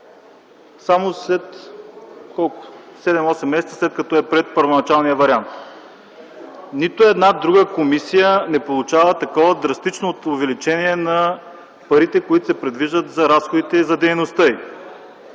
само след седем-осем месеца след като е приет първоначалният вариант. Нито една друга комисия не получава такова драстично увеличение на парите, които се предвиждат за разходите и за дейността